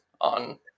on